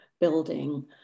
building